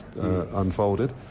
unfolded